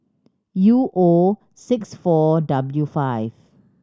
U O six four W five